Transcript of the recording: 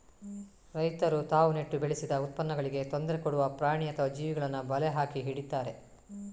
ರೈತರು ತಾವು ನೆಟ್ಟು ಬೆಳೆಸಿದ ಉತ್ಪನ್ನಗಳಿಗೆ ತೊಂದ್ರೆ ಕೊಡುವ ಪ್ರಾಣಿ ಅಥವಾ ಜೀವಿಗಳನ್ನ ಬಲೆ ಹಾಕಿ ಹಿಡೀತಾರೆ